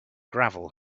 gravel